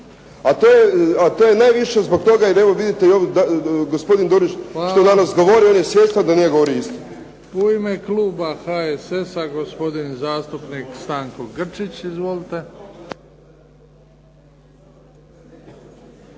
A to je najviše zbog toga, jer evo vidite kao što je gospodin Dorić danas govorio on je svjestan da nije govorio istinu. **Bebić, Luka (HDZ)** Hvala. U ime kluba HSS-a gospodin zastupnik Stanko Grčić. Izvolite.